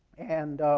and